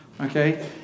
Okay